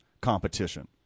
competition